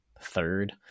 third